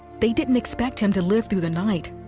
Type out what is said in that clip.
they didn't expect him to live through the night.